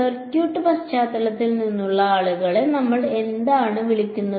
circuit പശ്ചാത്തലത്തിൽ നിന്നുള്ള ആളുകളെ നമ്മൾ എന്താണ് വിളിക്കുന്നത്